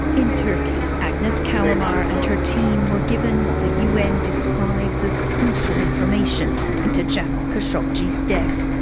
in turkey, agnes callamard and her team were given what the un describes as crucial information into jamal khashoggi's death,